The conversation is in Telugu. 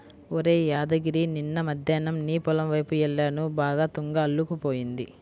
ఒరేయ్ యాదగిరి నిన్న మద్దేన్నం నీ పొలం వైపు యెల్లాను బాగా తుంగ అల్లుకుపోయింది